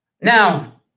Now